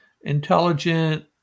intelligent